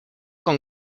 con